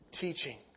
teaching